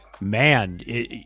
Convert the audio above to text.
man